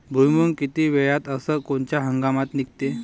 भुईमुंग किती वेळात अस कोनच्या हंगामात निगते?